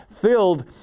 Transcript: filled